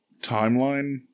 timeline